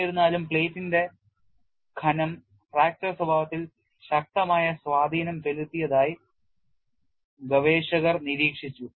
എന്നിരുന്നാലും പ്ലേറ്റിന്റെ കനം ഫ്രാക്ചർ സ്വഭാവത്തിൽ ശക്തമായ സ്വാധീനം ചെലുത്തിയതായി ഗവേഷകർ നിരീക്ഷിച്ചു